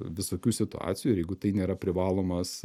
visokių situacijų ir jeigu tai nėra privalomas